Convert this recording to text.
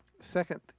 Second